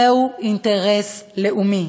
זהו אינטרס לאומי,